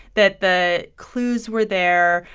that the clues were there,